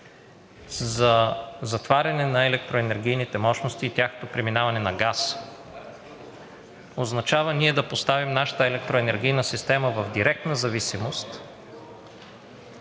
за затваряне на електроенергийните мощности и тяхното преминаване на газ, означава ние да поставим нашата електроенергийна система в директна зависимост